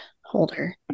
holder